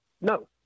No